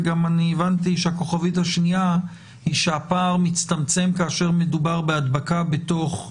וכוכבית שנייה היא שהפער מצטמצם כאשר מדובר בהדבקה בתוך הבית,